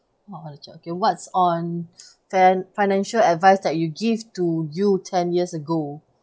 okay what's on fin~ financial advice that you give to you ten years ago